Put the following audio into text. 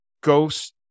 Ghost